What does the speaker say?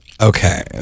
Okay